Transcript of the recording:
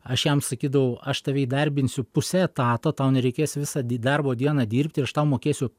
aš jam sakydavau aš tave įdarbinsiu puse etato tau nereikės visą darbo dieną dirbt ir aš tau mokėsiu